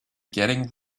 getting